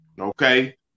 okay